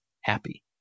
happy